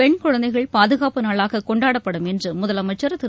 பெண் குழந்தைகள் பாதுகாப்பு நாளாக கொண்டாடப்படும் என்று என்று முதலமைச்சா் திரு